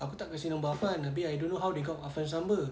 aku tak kasi nombor wafan abeh I don't know how they got wafan number